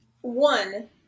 one